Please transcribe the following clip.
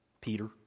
Peter